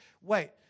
Wait